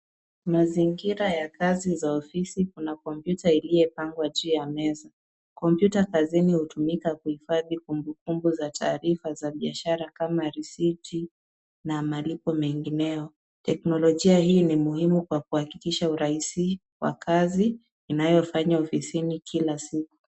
Mazingira ya kazi za ofisi. Kuna kompyuta iliyopangwa juu ya meza. Kompyuta kazini hutumika kuhifadhi kumbukumbu za taarifa za biashara kama risiti na malipo mengineo. Teknolojia hii ni muhimu kwa kuhakikisha urahisi wa kazi inayofanywa ofisini kila siku.